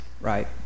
right